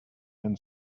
end